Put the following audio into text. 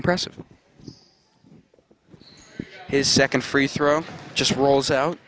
impressive his second free throw just rolls out